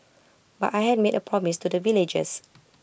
but I had made A promise to the villagers